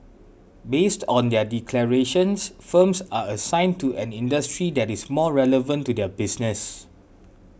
based on their declarations firms are assigned to an industry that is most relevant to their business